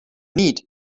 need